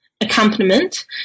accompaniment